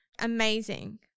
Amazing